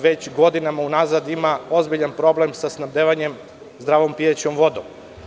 Već godinama unazad ima ozbiljan problem sa snabdevanjem zdravom pijaćom vodom.